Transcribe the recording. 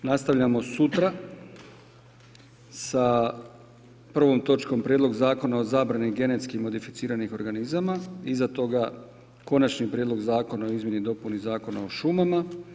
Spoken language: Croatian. Nastavljamo sutra sa prvom točkom Prijedlog zakona o zabrani genetski modificiranih organizama, iza toga Konačni prijedlog zakona o izmjeni i dopuni Zakona o šumama.